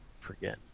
Forget